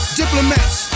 diplomats